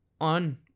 on